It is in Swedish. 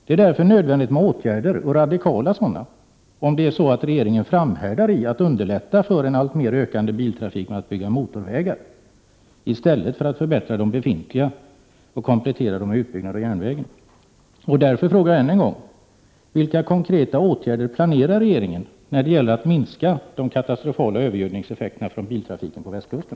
Det är nödvändigt med radikala åtgärder, om regeringen framhärdar i att underlätta för en alltmer ökande biltrafik genom att bygga motorvägar i stället för att förbättra de befintliga vägarna och komplettera dem med utbyggnad av järnvägen. Därför frågar jag än en gång: Vilka konkreta åtgärder planerar regeringen när det gäller att minska de katastrofala övergödningseffekterna från biltrafiken på västkusten?